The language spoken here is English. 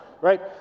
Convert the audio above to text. Right